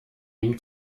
ihm